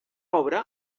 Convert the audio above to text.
obra